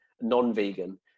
non-vegan